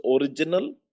original